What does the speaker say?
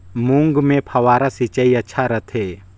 मूंग मे फव्वारा सिंचाई अच्छा रथे?